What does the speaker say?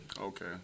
Okay